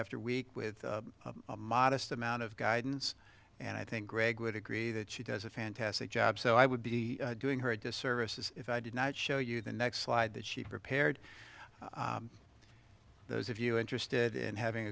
after week with a modest amount of guidance and i think greg would agree that she does a fantastic job so i would be doing her a disservice if i did not show you the next slide that she prepared those of you interested in having